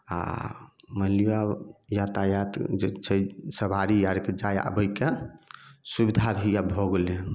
आ मानि लिअ यातायात जे छै सबारी आरके चाहे अबैके सुबिधा भी आब भऽ गेल हँ